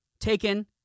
taken